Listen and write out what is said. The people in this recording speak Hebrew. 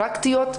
פרקטיות,